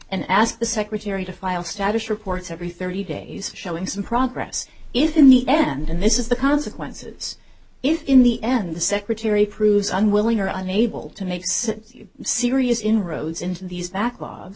and ask the secretary to file status reports every thirty days showing some progress is in the end and this is the consequences if in the end the secretary proves unwilling or unable to make serious inroads into these backlogs